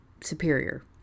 superior